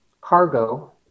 cargo